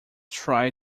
try